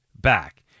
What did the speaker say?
back